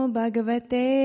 Bhagavate